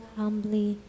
humbly